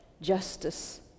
justice